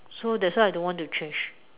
so that's why I don't want to change